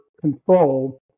control